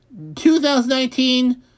2019